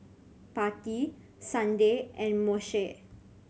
Patti Sunday and Moshe